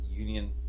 union